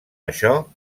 això